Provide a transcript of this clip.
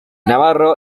navarro